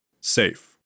Safe